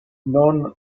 none